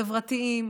חברתיים,